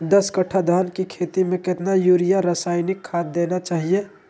दस कट्टा धान की खेती में कितना यूरिया रासायनिक खाद देना चाहिए?